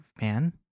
man